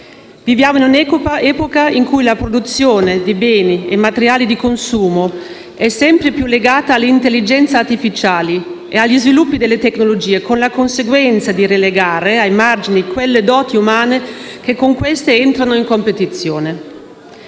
Viviamo in un'epoca in cui la produzione di beni e materiali di consumo è sempre più legata alle intelligenze artificiali e agli sviluppi delle tecnologie, con la conseguenza di relegare ai margini quelle doti umane che con queste entrano in competizione.